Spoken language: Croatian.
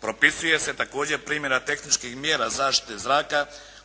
Propisuje se također primjena tehničkih mjera zaštite zraka